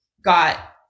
got